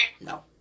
No